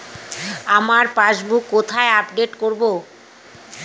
আমার পাসবুক কোথায় আপডেট করব?